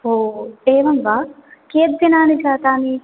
एवं वा कियद्दिनानि जातानि